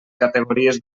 categories